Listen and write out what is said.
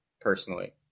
personally